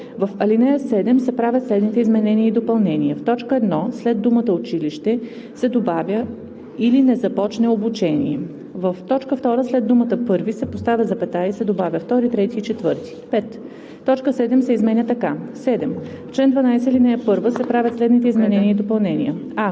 в ал. 7 се правят следните изменения и допълнения: - в т. 1 след думата „училище“ се добавя „или не започне обучение“; - в т. 2 след думата „първи“ се поставя запетая и се добавя „втори, трети и четвърти“. 5. точка 7 се изменя така: „7. В чл. 12, ал. 1 се правят следните изменени и допълнения: а)